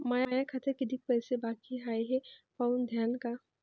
माया खात्यात कितीक पैसे बाकी हाय हे पाहून द्यान का?